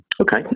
Okay